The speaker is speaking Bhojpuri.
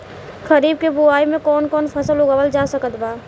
खरीब के बोआई मे कौन कौन फसल उगावाल जा सकत बा?